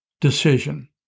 decision